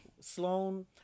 Sloane